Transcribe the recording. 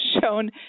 shown